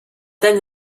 then